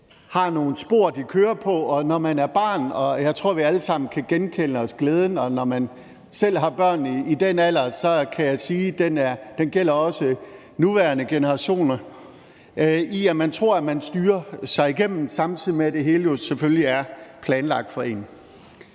har nogle spor, de kører på. Og når man er barn, er glæden der. Og jeg tror, at vi alle sammen kan genkende glæden; og når man selv har børn i den alder, så kan jeg sige, at den også gælder nuværende generationer. Man tror, at man styrer sig igennem, samtidig med at det hele jo selvfølgelig er planlagt for en.